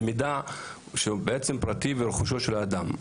זה מידע שהוא בעצם פרטי ורכושו של אדם.